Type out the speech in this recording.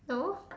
no